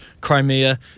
Crimea